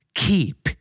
keep